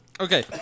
Okay